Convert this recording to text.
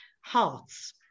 hearts